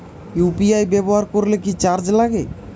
UPI ব্যবহার করলে কি চার্জ লাগে?